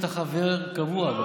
שאתה חבר קבוע בה.